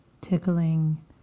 tickling